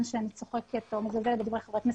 שאני צוחקת או מזלזלת בדברי חברי הכנסת,